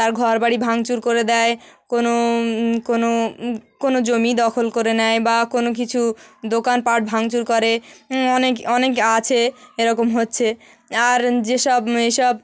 তার ঘরবাড়ি ভাঙচুর করে দেয় কোনো কোনো কোনো জমি দখল করে নেয় বা কোনো কিছু দোকানপাট ভাঙচুর করে অনেক অনেক আছে এরকম হচ্ছে আর যেসব এইসব